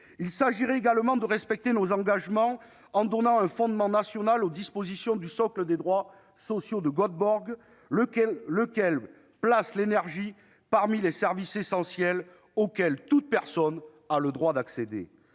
Il s'agirait également de respecter nos engagements en donnant un fondement national aux dispositions du socle des droits sociaux de Göteborg, lequel place l'énergie parmi les services essentiels auxquels toute personne a le droit d'accéder.